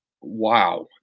Wow